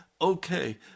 okay